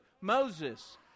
Moses